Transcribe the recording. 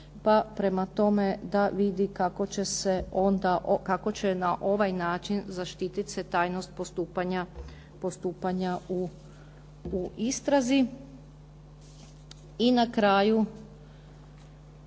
će se onda, kako će na ovaj način zaštitit se tajnost postupanja u istrazi. I na kraju,